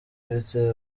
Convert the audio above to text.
ufite